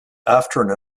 after